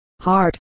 heart